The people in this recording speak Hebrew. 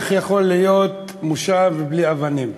איך יכול להיות מושב בלי אבנים?